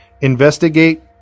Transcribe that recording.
investigate